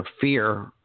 fear